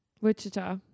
Wichita